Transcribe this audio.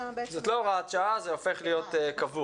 כן, זה בעצם הופך להיות קבוע.